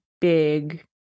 big